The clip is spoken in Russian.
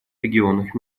регионах